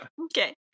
okay